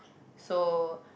so